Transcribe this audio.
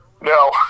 No